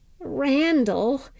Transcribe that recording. Randall